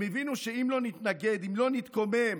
הם הבינו שאם לא נתנגד, אם לא נתקומם,